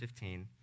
15